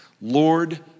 Lord